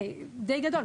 די גדול,